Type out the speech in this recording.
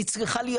היא צריכה להיות